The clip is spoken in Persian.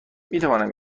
میتوانم